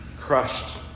crushed